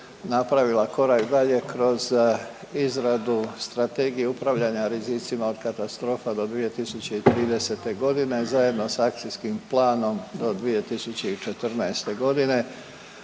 napravila korak dalje kroz izradu strategije upravljanja rizicima od katastrofa do 2030. godine zajedno sa akcijskim planom do 2014. godine